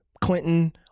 Clinton